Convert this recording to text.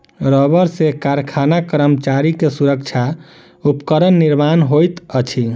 रबड़ सॅ कारखाना कर्मचारी के सुरक्षा उपकरण निर्माण होइत अछि